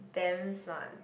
damn smart